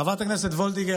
חברת הכנסת ווֹלדיגר,